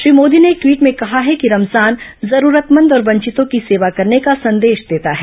श्री मोदी ने एक ट्वीट में कहा है कि रमजान जरूरतमंद और वंचितों की सेवा करने का संदेश देता है